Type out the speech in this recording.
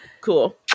cool